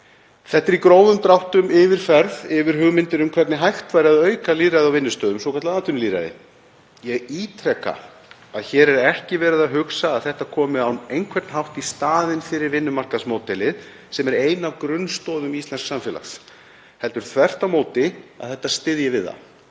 Þetta eru í grófum dráttum yfirferð yfir hugmyndir um hvernig hægt væri að auka lýðræði á vinnustöðum, svokallað atvinnulýðræði. Ég ítreka að hér er ekki verið að hugsa að þetta komi á einhvern hátt í staðinn fyrir vinnumarkaðsmódelið sem er ein af grunnstoðum íslensks samfélags heldur þvert á móti að þetta styðji við það.